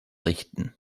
richten